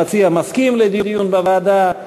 המציע מסכים לדיון בוועדה.